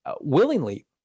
willingly